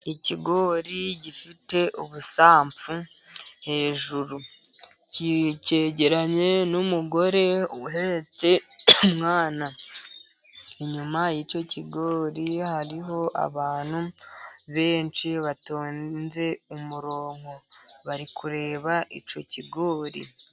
Ikigori gifite ubusamfu hejuru. Cyegeranye n'umugore uhetse umwana, inyuma y'icyo kigori hariho abantu benshi batonze umurongo, bari kureba icyo kigori.